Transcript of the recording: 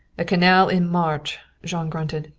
a canal in march! jean grunted.